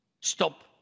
stop